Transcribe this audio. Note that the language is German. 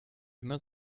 immer